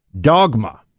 dogma